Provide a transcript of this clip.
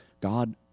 God